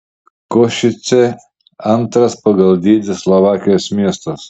košicė antras pagal dydį slovakijos miestas